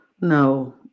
No